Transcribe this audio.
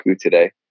today